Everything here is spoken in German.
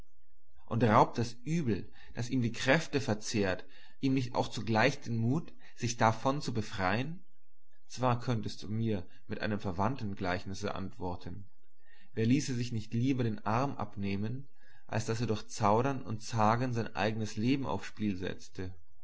und raubt das übel das ihm die kräfte verzehrt ihm nicht auch zugleich den mut sich davon zu befreien zwar könntest du mir mit einem verwandten gleichnisse antworten wer ließe sich nicht lieber den arm abnehmen als daß er durch zaudern und zagen sein leben aufs spiel setzte